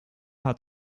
hat